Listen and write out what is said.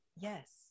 Yes